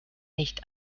nicht